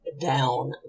down